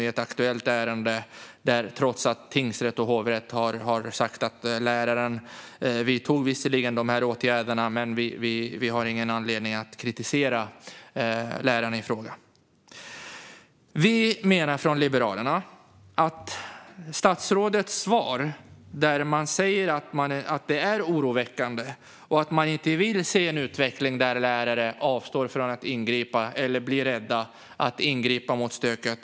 I ett aktuellt ärende har tingsrätt och hovrätt sagt att läraren visserligen vidtog vissa åtgärder, men domstolarna har inte sett någon anledning att kritisera läraren i fråga. I statsrådets svar sägs att det hela är oroväckande och att hon inte vill se en utveckling där lärare avstår från att ingripa eller blir rädda för att ingripa mot stöket.